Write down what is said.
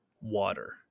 water